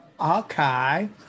okay